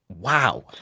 wow